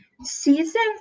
season